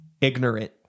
ignorant